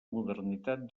modernitat